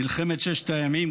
מלחמת ששת הימים,